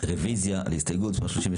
על הסתייגות מספר 42?